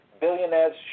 Billionaires